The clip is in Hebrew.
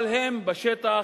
אבל הם בשטח